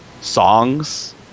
songs